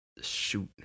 shoot